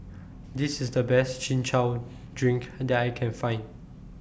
This IS The Best Chin Chow Drink that I Can Find